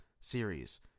series